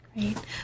Great